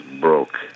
broke